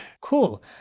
Cool